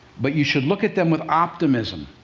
but you should look at them with optimism,